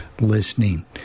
listening